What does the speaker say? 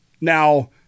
Now